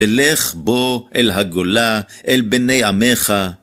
אלך בו, אל הגולה, אל בני עמך.